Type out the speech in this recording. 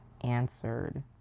answered